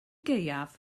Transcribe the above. gaeaf